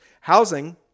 Housing